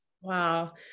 Wow